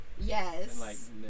Yes